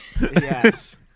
Yes